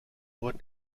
what